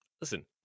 listen